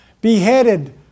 beheaded